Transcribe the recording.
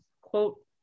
quote